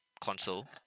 console